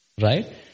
Right